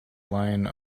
line